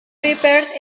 prepared